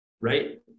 right